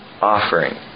offering